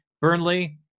Burnley